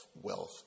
wealth